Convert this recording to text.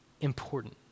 important